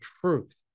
truth